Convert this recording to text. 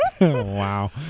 wow